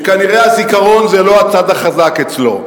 שכנראה הזיכרון זה לא הצד החזק אצלו.